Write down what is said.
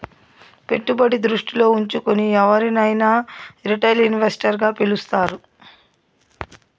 పెట్టుబడి దృష్టిలో ఉంచుకుని ఎవరినైనా రిటైల్ ఇన్వెస్టర్ గా పిలుస్తారు